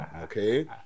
Okay